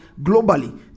globally